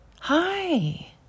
Hi